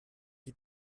you